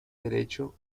derecho